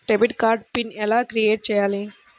Debit card PIN ఎలా create చెయ్యాలి?